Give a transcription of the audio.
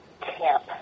camp